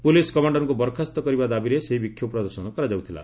police କମାଣ୍ଡରଙ୍କୁ ବରଖାସ୍ତ କରିବା ଦାବିରେ ସେହି ବିକ୍ଷୋଭ ପ୍ରଦର୍ଶନ କରାଯାଉଥିଲା